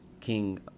king